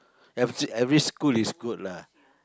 ev~ every school is good lah